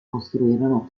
costruirono